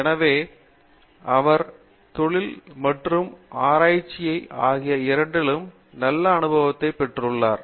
எனவே அவர் தொழில் மற்றும் ஆராய்ச்சி ஆகிய இரண்டிலும் நல்ல அனுபவத்தை பெற்றுள்ளார்